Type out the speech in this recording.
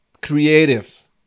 creative